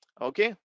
Okay